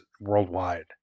worldwide